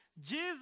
Jesus